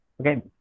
Okay